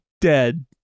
dead